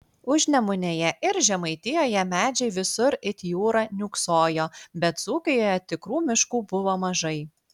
užnemunėje ir žemaitijoje medžiai visur it jūra niūksojo bet dzūkijoje tikrų miškų buvo mažai